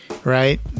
Right